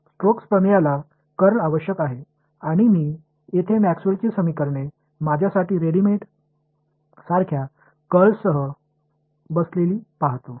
Stokes தேற்றத்திற்கு ஒரு curl தேவை மேக்ஸ்வெல்லின் Maxwell's சமன்பாடுகள் இங்கே எனக்காக செய்யப்பட்டது போன்று கர்ல் உடன் இருப்பதை காண்கிறேன்